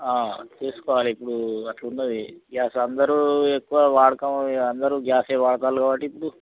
చేసుకోవాలి ఇప్పుడు అట్లున్నది గ్యాస్ అందరూ ఎక్కువ వాడకం ఇక అందరూ గ్యాసే వాడతారు కాబట్టి ఇప్పుడు